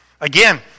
Again